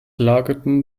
lagerten